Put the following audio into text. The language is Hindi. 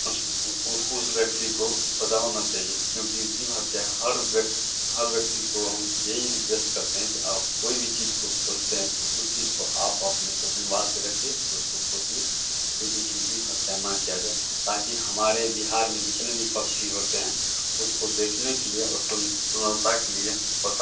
उस उस व्यक्ति को सज़ा होनी चाहिए क्योंकि जीव हत्या हर व्य हर व्यक्ति को हम यही रिक्वेस्ट करते हैं कि आप कोई भी चीज़ को पोसते हैं तो उस चीज़ को आप अपने से रखिए उसको पोसिए कोई चीज़ को जीव हत्या ना किया जाए ताकि हमारे बिहार में जितने भी पक्षी होते हैं उसको देखने के लिए और सुन सुंदरता के लिए पोसा